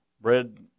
Bread